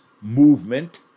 movement